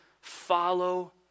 follow